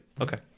Okay